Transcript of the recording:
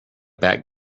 back